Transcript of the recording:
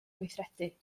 gweithredu